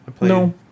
No